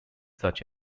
such